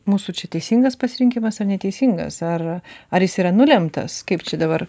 mūsų čia teisingas pasirinkimas ar neteisingas ar ar jis yra nulemtas kaip čia dabar